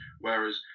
Whereas